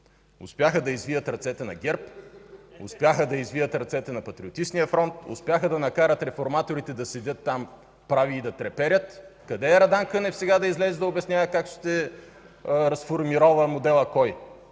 успяха да извият ръцете на ГЕРБ, успяха да извият ръцете на Патриотичния фронт, успяха да накарат реформаторите да седят там прави и да треперят. (Реплики.) Къде е Радан Кънев сега, да излезе и да обяснява как ще разформирова моделът